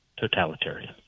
totalitarian